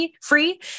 free